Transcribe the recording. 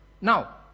Now